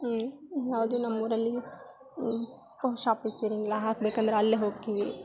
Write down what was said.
ಯಾವುದು ನಮ್ಮೂರಲ್ಲಿ post office ಇರಂಗಿಲ್ಲ ಹಾಕ್ಬೇಕಂದ್ರೆ ಅಲ್ಲೆ ಹೋಕ್ಕೀವಿ